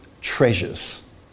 treasures